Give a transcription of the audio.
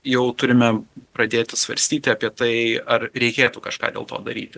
jau turime pradėti svarstyti apie tai ar reikėtų kažką dėl to daryti